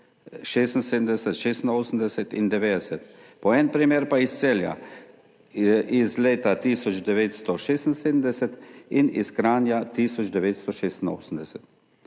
1976, 1986 in 1990, po en primer pa iz Celja iz leta 1976 in iz Kranja 1986.